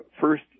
first